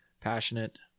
passionate